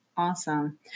Awesome